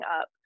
up